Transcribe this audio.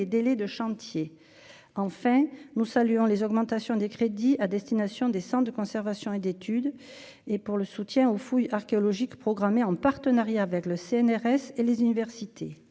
délais de chantier, enfin nous saluons les augmentations des crédits à destination des de conservation et d'études et pour le soutien aux fouilles archéologiques programmés en partenariat avec le CNRS et les universités,